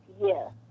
Yes